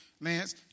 Lance